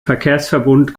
verkehrsverbund